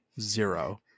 Zero